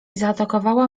zaatakowała